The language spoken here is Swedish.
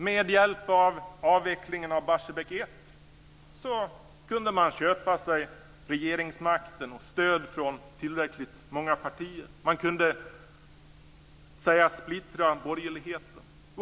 Med hjälp av avvecklingen av Barsebäck 1 kunde man köpa sig regeringsmakten och stöd från tillräckligt många partier. Man kunde sägas splittra borgerligheten.